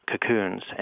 cocoons